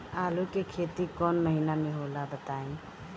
आलू के खेती कौन महीना में होला बताई?